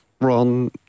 Ron